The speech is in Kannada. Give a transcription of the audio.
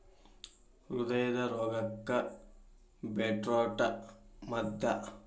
ಹೃದಯದ ರೋಗಕ್ಕ ಬೇಟ್ರೂಟ ಮದ್ದ